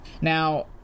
Now